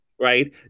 right